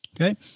Okay